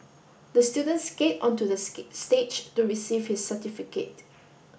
the student skate onto the stage to receive his certificate